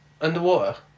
Underwater